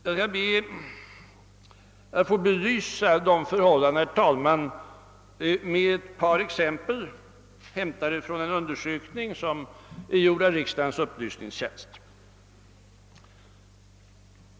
Jag skall be att få belysa dessa förhållanden, herr talman, med ett par exempel hämtade från en undersökning som gjorts av riksdagens upplysningstjänst.